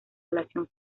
población